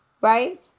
right